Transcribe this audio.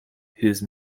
whose